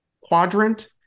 quadrant